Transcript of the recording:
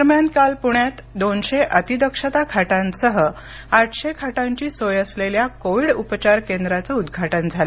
दरम्यान काल पुण्यात दोनशे अतीदक्षता खाटांसह आठशे खाटांची सोय असलेल्या कोविड उपचार केंद्राचं उद्घाटन झालं